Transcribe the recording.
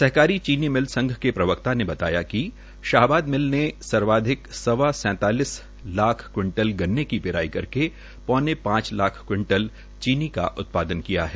सहकारी चीनी मिल प्रसंघ के एक प्रवक्ता ने बताया कि शाहबाद सहकारी चीनी मिल ने सर्वाधिक सवा सैंतालिस लाख क्विंटल गन्ने की पिराई करके पौने पांच लाख क्विंटल चीनी का उत्पादन किया है